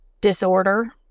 disorder